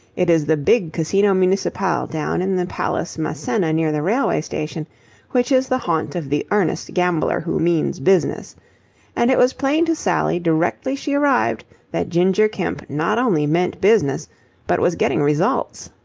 it is the big casino municipale down in the palace massena near the railway station which is the haunt of the earnest gambler who means business and it was plain to sally directly she arrived that ginger kemp not only meant business but was getting results.